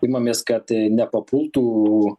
imamės kad nepapultų